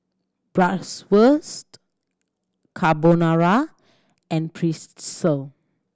Bratwurst Carbonara and Pretzel